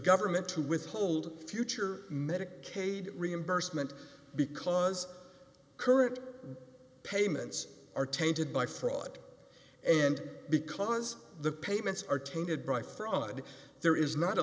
government to withhold future medicaid reimbursement because current payments are tainted by fraud and because the payments are tainted by fraud there is not a